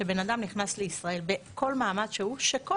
כשאדם נכנס לישראל בכל מעמד שהוא - שכל